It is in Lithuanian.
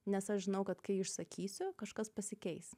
nes aš žinau kad kai išsakysiu kažkas pasikeis